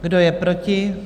Kdo je proti?